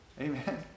amen